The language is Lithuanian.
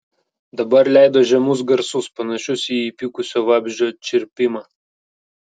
dabar leido žemus garsus panašius į įpykusio vabzdžio čirpimą